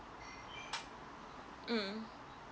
mm